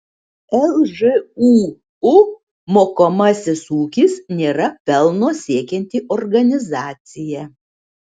lžūu mokomasis ūkis nėra pelno siekianti organizacija